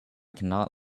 cannot